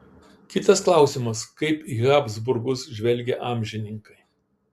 kitas klausimas kaip į habsburgus žvelgė amžininkai